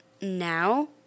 now